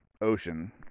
Ocean